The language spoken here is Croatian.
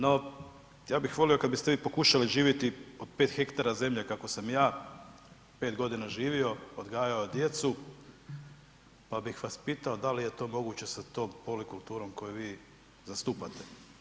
No, ja bih volio kad biste vi pokušali živjeti od 5 hektara zemlje kako sam ja 5.g. živio, odgajao djecu, pa bih vas pitao da li je to moguće sa tom polikulturom koju vi zastupate?